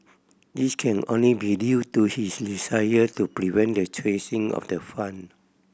this can only be due to his desire to prevent the tracing of the fund